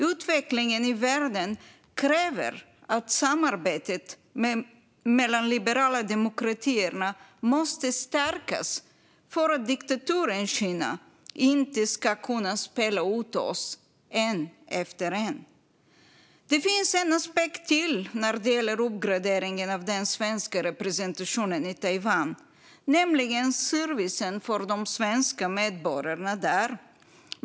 Utvecklingen i världen kräver att samarbetet mellan liberala demokratier stärks så att diktaturen Kina inte kan spela ut oss en efter en. Det finns en aspekt till när det gäller uppgraderingen av den svenska representationen i Taiwan, nämligen servicen för de svenska medborgarna där.